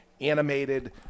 animated